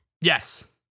Yes